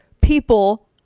people